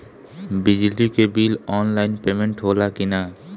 बिजली के bill online payment होला कि ना?